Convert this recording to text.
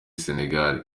senegal